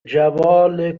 جوال